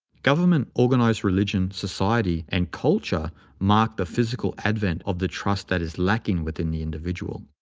government, organized religion, society, and culture mark the physical advent of the trust that is lacking within the individual.